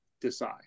decide